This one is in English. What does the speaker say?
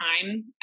time